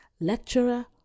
lecturer